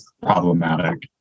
problematic